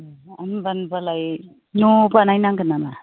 ए होनबालाय न' बानायनांगोन नामा